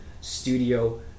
studio